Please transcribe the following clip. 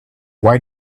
why